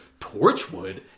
Torchwood